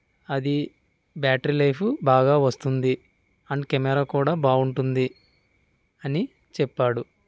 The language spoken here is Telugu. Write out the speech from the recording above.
అది బ్యాటరీ లైఫ్ బాగా వస్తుంది అండ్ కెమెరా కూడా బాగుంటుంది అని చెప్పాడు